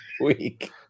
week